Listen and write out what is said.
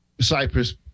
Cyprus